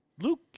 Luke